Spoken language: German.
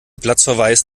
platzverweis